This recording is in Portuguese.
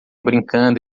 brincando